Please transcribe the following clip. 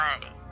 play